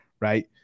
right